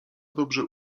dobrze